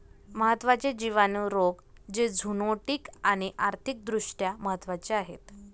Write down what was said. महत्त्वाचे जिवाणू रोग जे झुनोटिक आणि आर्थिक दृष्ट्या महत्वाचे आहेत